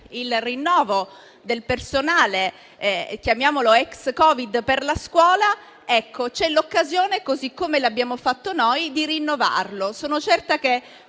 il rinnovo del personale, chiamiamolo ex Covid, per la scuola. Ecco, c'è l'occasione, così come l'abbiamo fatto noi, di rinnovarlo. Sono certa che